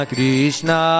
Krishna